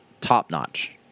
top-notch